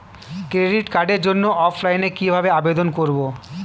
Credit কার্ডের জন্য অফলাইনে কিভাবে আবেদন করব?